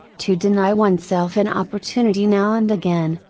to deny oneself an opportunity now and again,